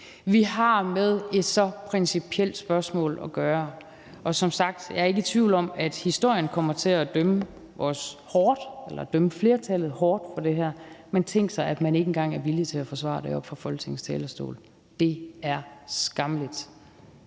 Vi har med et så principielt spørgsmål at gøre, og som sagt er jeg ikke i tvivl om, at historien kommer til at dømme flertallet hårdt for det her. Men tænk sig, at man ikke engang er villig til at forsvare det oppe fra Folketingets talerstol. Det er skammeligt.